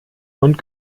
und